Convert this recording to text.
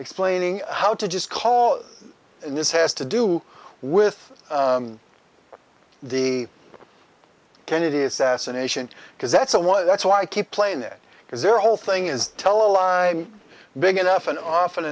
explaining how to just call in this has to do with the kennedy assassination because that's a one that's why i keep playing it because there are a whole thing is tell a lie big enough and often